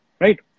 Right